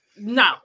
No